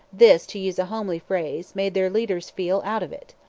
this, to use a homely phrase, made their leaders feel out of it.